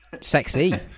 Sexy